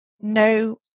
no